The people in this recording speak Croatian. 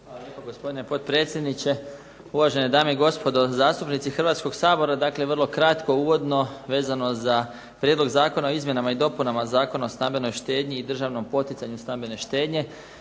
lijepa. Gospodine potpredsjedniče, uvažene dame i gospodo zastupnici Hrvatskog sabora. Dakle vrlo kratko uvodno vezano za Prijedlog Zakona o izmjenama i dopunama Zakona o stambenoj štednji i državnom poticanju stambene štednje.